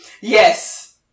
Yes